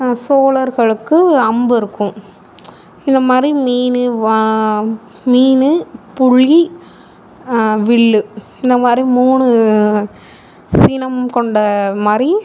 சோழர்களுக்கு அம்பு இருக்கும் இந்த மாதிரி மீன் வா மீன் புலி வில் இந்த மாதிரி மூணு சினம் கொண்ட மாதிரி